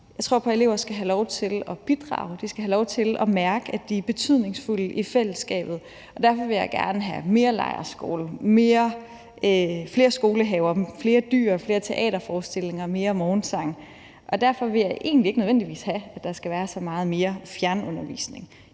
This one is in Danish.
Jeg tror på, at elever skal have lov til at bidrage, de skal have lov til at mærke, at de er betydningsfulde i fællesskabet. Derfor vil jeg gerne have mere lejrskole, flere skolehaver, flere dyr, flere teaterforestillinger, mere morgensang, og derfor vil jeg egentlig ikke nødvendigvis have, at der skal være så meget mere fjernundervisning.